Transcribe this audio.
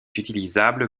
utilisable